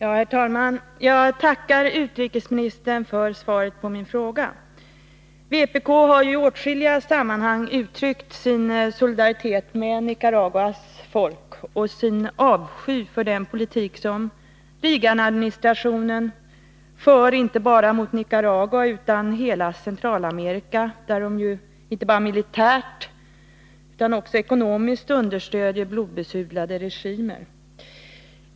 Herr talman! Jag tackar utrikesministern för svaret på min fråga. Vpk har i åtskilliga sammanhang uttryckt sin solidaritet med Nicaraguas folk och sin avsky för den politik som Reaganadministrationen för, inte bara i Nicaragua utan i hela Centralamerika. Förenta staterna understöder ju där blodbesudlade regimer inte bara militärt utan också ekonomiskt.